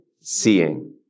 seeing